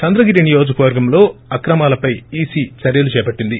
చంద్రగిరి నియోజకవర్గంలో అక్రమాలపై ఈసీ చర్యలు చేపట్లింది